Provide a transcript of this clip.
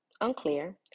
Unclear